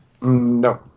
No